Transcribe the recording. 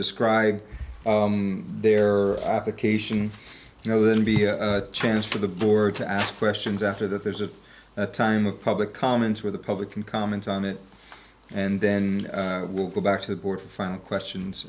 describe their application you know there will be a chance for the board to ask questions after that there's a time of public comments where the public can comment on it and then we'll go back to the board for final questions